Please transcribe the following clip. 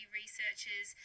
researchers